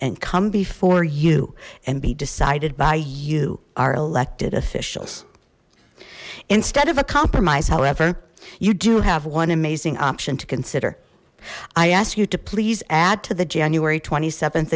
and come before you and be decided by you our elected officials instead of a compromise however you do have one amazing option to consider i ask you to please add to the january t